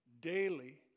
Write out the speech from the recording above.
daily